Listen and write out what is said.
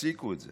תפסיקו את זה,